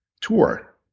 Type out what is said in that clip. tour